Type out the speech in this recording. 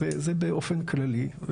זה באופן כללי.